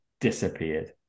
disappeared